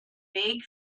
big